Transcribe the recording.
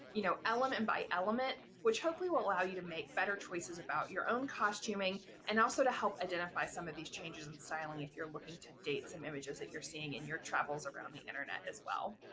you know, element by element which hopefully will allow you to make better choices about your own costuming and also to help identify some of these changes in styling if you're looking to date some images that you're seeing in your travels around the internet as well.